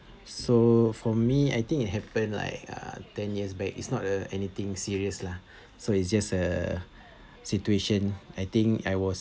so for me I think it happened like uh ten years back is not uh anything serious lah so it's just a situation I think I was